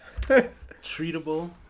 Treatable